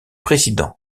président